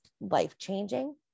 life-changing